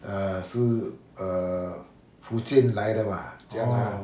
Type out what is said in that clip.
err 是 err 福建来的 mah 这样啊